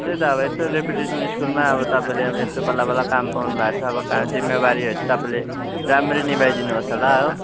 त्यही त अब यस्तो रेप्युटेसन स्कुलमा अब तपाईँले अब यस्तो बल्ल बल्ल काम पाउनु भएको छ अब कहाँ जिम्मेवारीहरू तपाईँले राम्ररी निभाइदिनुहोस् होला हो